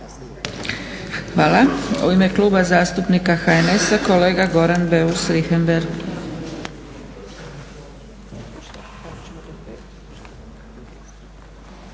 Hvala. U ime Kluba zastupnika HNS-a kolega Goran Beus Richembergh.